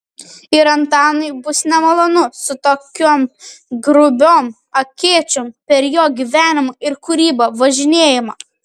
ir antanui bus nemalonu su tokiom grubiom akėčiom per jo gyvenimą ir kūrybą važinėjama